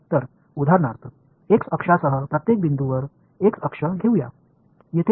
तर आपण उदाहरणार्थ x अक्षरासह प्रत्येक बिंदूवर x अक्ष घेऊ या